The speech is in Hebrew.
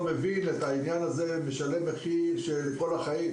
מבין את העניין הזה משלם מחיר של כל החיים